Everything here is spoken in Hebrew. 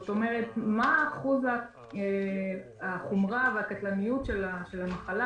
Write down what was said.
כלומר, מה אחוז החומרה והקטלניות של המחלה?